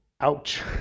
Ouch